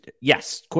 yes